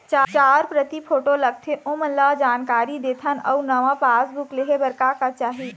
चार प्रति फोटो लगथे ओमन ला जानकारी देथन अऊ नावा पासबुक लेहे बार का का चाही?